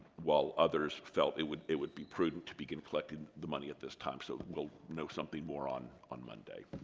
while others felt it would it would be prudent to begin collecting the money at this time so we'll know something more on on monday